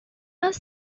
are